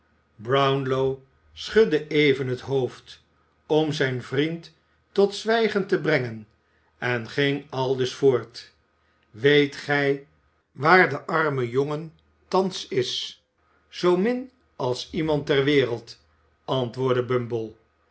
brownlow schudde even het hoofd om zijn vriend tot zwijgen te brengen en ging aldus voort weet gij waar de arme jongen thans is zoo min als iemand ter wereld antwoordde